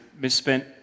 misspent